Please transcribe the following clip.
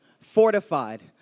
fortified